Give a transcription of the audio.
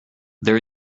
there